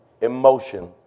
emotion